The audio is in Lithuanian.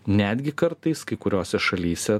netgi kartais kai kuriose šalyse